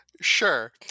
Sure